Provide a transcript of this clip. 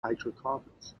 hydrocarbons